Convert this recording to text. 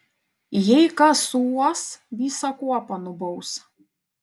jei kas suuos visą kuopą nubaus